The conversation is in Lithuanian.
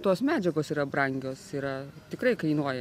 tos medžiagos yra brangios yra tikrai kainuoja